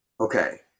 okay